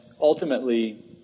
ultimately